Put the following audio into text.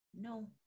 no